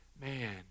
Man